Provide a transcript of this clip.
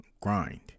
grind